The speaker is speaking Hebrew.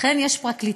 לכן יש פרקליטות,